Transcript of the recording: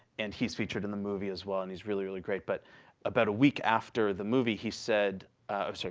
and he's featured in the movie as well, and he's really, really great. but about a week after the movie he said oh, sorry.